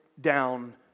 down